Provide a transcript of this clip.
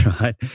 right